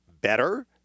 better